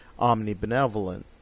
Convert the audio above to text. omnibenevolent